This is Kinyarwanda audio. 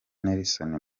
nelson